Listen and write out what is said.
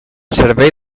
servei